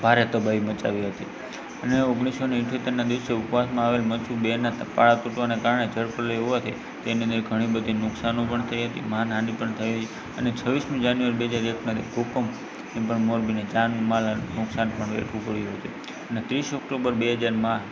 ભારે તબાહી મચાવી હતી અને ઓગણીસોને ઇઠ્યોતેરના દિવસે ઉપ વાસમાં આવેલ મચ્છું બે ના પાળ તૂટવાના કારણે જળ ફર્યું હોવાથી તેની અંદર ઘણી બધી નુકસાનો પણ થઈ હતી માનહાની પણ થઈ અને છવ્વીસમી જાન્યુઆરી બે હજાર એકના જે ભુકંપ એ પણ મોરબીને જાન માલ અને નુકસાન પણ વેઠવું પડ્યું હતું અને ત્રીસ ઓક્ટોબર બે હજારમાં